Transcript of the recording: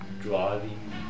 driving